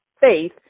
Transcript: faith